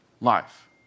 life